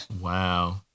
Wow